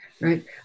right